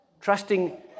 Trusting